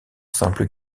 simple